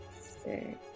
Six